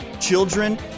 children